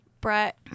Brett